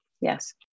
yes